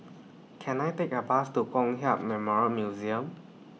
Can I Take A Bus to Kong Hiap Memorial Museum